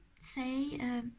say